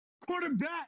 Quarterback